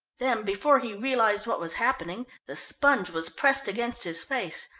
then, before he realised what was happening, the sponge was pressed against his face.